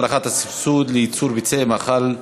הארכת הסובסידיה לייצור ביצי מאכל ופטימים),